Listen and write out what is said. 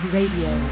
Radio